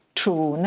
true